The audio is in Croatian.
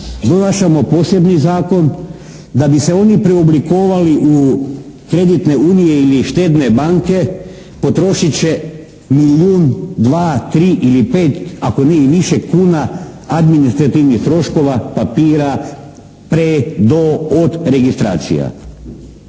Donašamo posebni zakon da bi se oni preoblikovali u kreditne unije ili štedne banke, potrošit će milijun, 2, 3 ili 5 ako ne i više kuna administrativnih troškova, papira, pre, do, od registracija.